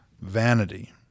Vanity